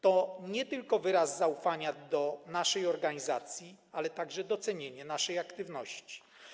To nie tylko wyraz zaufania do naszej organizacji, ale także docenienie naszej aktywności.